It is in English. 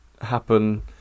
Happen